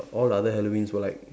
all other Halloweens were like